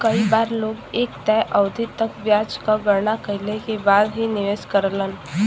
कई बार लोग एक तय अवधि तक ब्याज क गणना कइले के बाद ही निवेश करलन